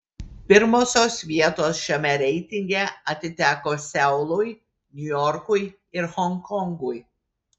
pirmosios vietos šiame reitinge atiteko seului niujorkui ir honkongui